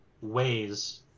ways